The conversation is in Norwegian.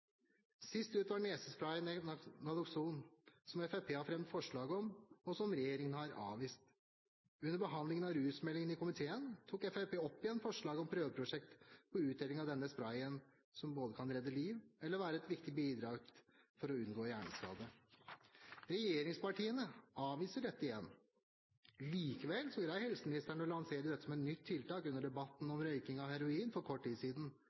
Sist ut var nesesprayen Naloxon, som Fremskrittspartiet har fremmet forslag om, og som regjeringen har avvist. Under behandlingen av rusmeldingen i komiteen tok Fremskrittspartiet opp igjen forslag om prøveprosjekt på utdeling av denne sprayen, som både kan redde liv og være et viktig bidrag for å unngå hjerneskade. Regjeringspartiene avviser dette igjen. Likevel greier helseministeren å lansere dette som et nytt tiltak under debatten om røyking av heroin for kort tid siden,